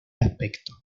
aspecto